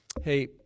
hey